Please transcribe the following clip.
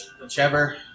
whichever